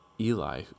Eli